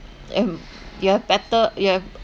um you have better you have